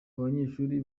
abanyeshuri